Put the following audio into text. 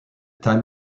time